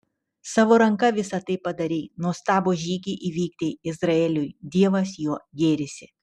savo ranka visa tai padarei nuostabų žygį įvykdei izraeliui dievas juo gėrisi